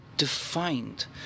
Defined